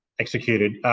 executed.